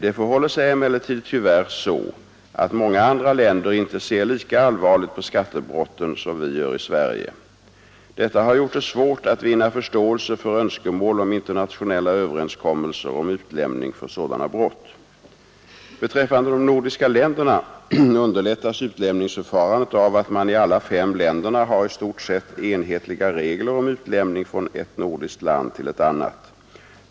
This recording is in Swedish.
Det förhåller sig emellertid tyvärr så att många andra länder inte ser lika allvarligt på skattebrotten som vi gör i Sverige. Detta har gjort det svårt att vinna förståelse för önskemål om internationella överenskommelser om utlämning för sådana brott. Beträffande de nordiska länderna underlättas utlämningsförfarandet 13 av att man i alla fem länderna har i stort sett enhetliga regler om utlämning från ett nordiskt land till ett annat.